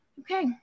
okay